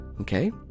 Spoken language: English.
okay